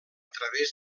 través